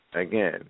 Again